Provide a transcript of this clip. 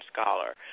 scholar